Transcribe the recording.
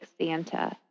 Santa